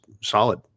solid